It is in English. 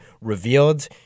revealed